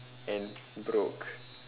and broke